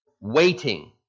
waiting